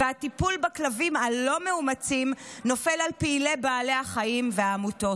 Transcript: והטיפול בכלבים הלא-מאומצים נופל על פעילי בעלי החיים ועל העמותות.